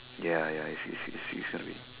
ya ya ya is is is quite big